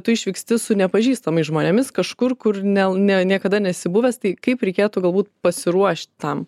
tu išvyksti su nepažįstamais žmonėmis kažkur kur ne ne niekada nesi buvęs tai kaip reikėtų galbūt pasiruošt tam